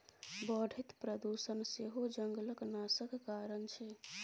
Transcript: बढ़ैत प्रदुषण सेहो जंगलक नाशक कारण छै